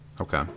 okay